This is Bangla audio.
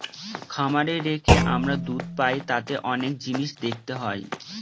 খামারে রেখে আমরা দুধ পাই তাতে অনেক জিনিস দেখতে হয়